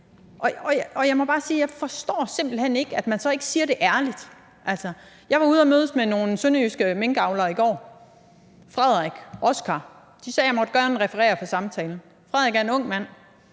at jeg simpelt hen ikke forstår, at man så ikke siger det ærligt. Jeg var ude at mødes med nogle sønderjyske minkavlere i går – Frederik og Oskar. De sagde, at jeg gerne måtte referere fra samtalen. Frederik er en ung mand.